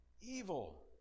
evil